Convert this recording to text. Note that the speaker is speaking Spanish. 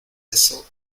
eso